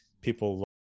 people